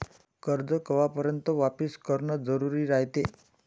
कर्ज कवापर्यंत वापिस करन जरुरी रायते?